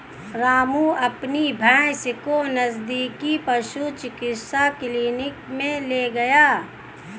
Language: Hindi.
रामू अपनी भैंस को नजदीकी पशु चिकित्सा क्लिनिक मे ले गया